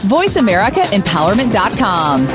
VoiceAmericaEmpowerment.com